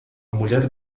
mulher